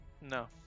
No